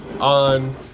on